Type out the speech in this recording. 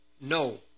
No